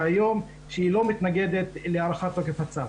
היום שהיא לא מתנגדת להארכת תוקף הצו.